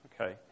Okay